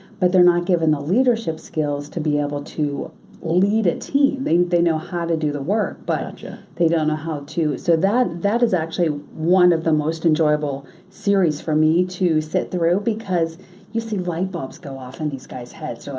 but they're not given the leadership skills to be able to lead a team. they they know how to do the work, but they don't know how to. so that that is actually one of the most enjoyable series for me to sit through because you see light bulbs go off in these guys' heads. so